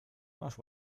masz